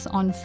on